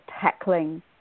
tackling